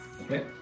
Okay